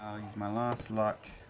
use my last luck.